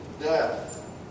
death